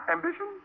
Ambition